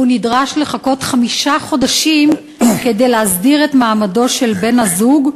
והוא נדרש לחכות חמישה חודשים כדי להסדיר את מעמדו של בן-הזוג,